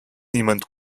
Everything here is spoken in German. niemand